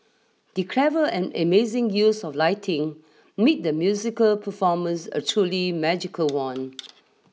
the clever and amazing use of lighting made the musical performance a truly magical one